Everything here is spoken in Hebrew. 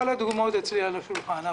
הדוגמאות אצלי על השולחן.